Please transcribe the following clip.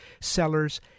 sellers